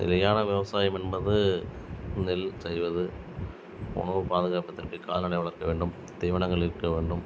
நிலையான விவசாயம் என்பது நெல் செய்வது உணவு பாதுகாப்பதற்கு கால்நடை வளர்க்க வேண்டும் தீவனங்கள் இருக்க வேண்டும்